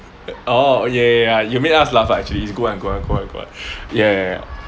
orh ya ya ya you made us laugh lah actually it's good one good one good one good one ya ya ya